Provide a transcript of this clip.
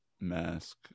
mask